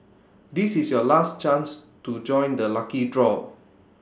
this is your last chance to join the lucky draw